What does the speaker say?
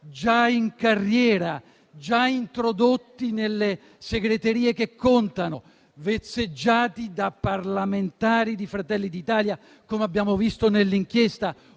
già in carriera, già introdotti nelle segreterie che contano, vezzeggiati da parlamentari di Fratelli d'Italia, come abbiamo visto nell'inchiesta,